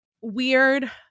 weird